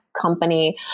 company